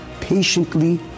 patiently